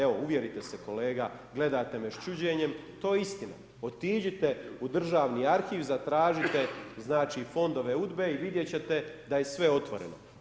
Evo uvjerite se kolega, gledate me s čuđenjem, to je istina. otiđite u Državni arhiv zatražite fondove UDBA-e i vidjet ćete da je sve otvoreno.